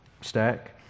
stack